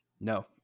No